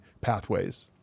pathways